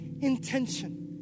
intention